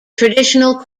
traditional